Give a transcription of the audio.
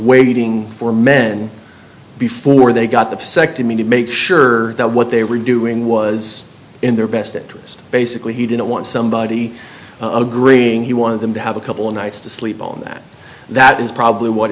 waiting for men before they got the sec to me to make sure that what they were doing was in their best interest basically he didn't want somebody agreeing he wanted them to have a couple of nights to sleep on that that is probably what